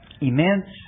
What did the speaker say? immense